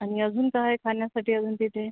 आणि अजून काय आहे खाण्यासाठी अजून तिथे